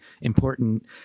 important